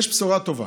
יש בשורה טובה.